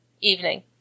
evening